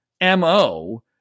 MO